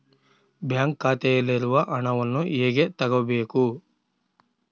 Bank ಖಾತೆಯಲ್ಲಿರುವ ಹಣವನ್ನು ಹೇಗೆ ತಗೋಬೇಕು?